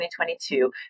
2022